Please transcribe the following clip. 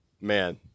man